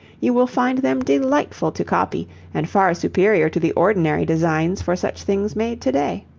you will find them delightful to copy and far superior to the ordinary designs for such things made to-day.